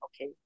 okay